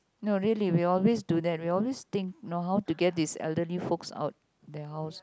no really we always do that we always think know who to get these elderly folks out their house